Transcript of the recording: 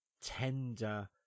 tender